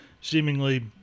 seemingly